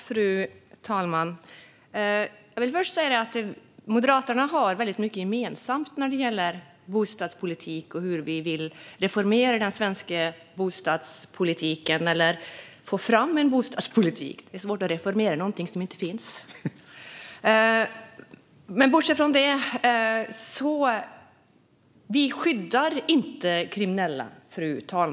Fru talman! Jag vill först säga att Moderaterna och Centerpartiet har mycket gemensamt när det gäller bostadspolitik och hur vi vill reformera den svenska bostadspolitiken, eller snarare hur vi vill få fram en bostadspolitik - det är svårt att reformera någonting som inte finns. Fru talman! Vi skyddar inte kriminella.